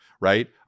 right